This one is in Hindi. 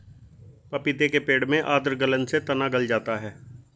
पपीते के पेड़ में आद्र गलन से तना गल जाता है